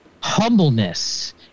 humbleness